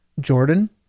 Jordan